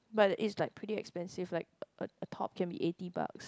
but it is like pretty expensive like a top can be eighty bucks